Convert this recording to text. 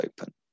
open